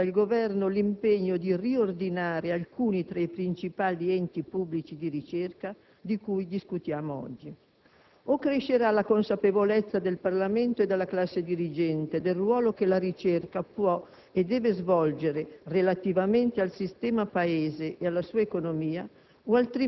che affida al Governo l'impegno di riordinare alcuni tra i principali enti pubblici di ricerca di cui discutiamo oggi. O crescerà la consapevolezza del Parlamento e della classe dirigente del ruolo che la ricerca può e deve svolgere relativamente al sistema Paese e alla sua economia